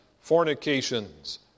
fornications